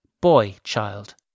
boy-child